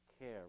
care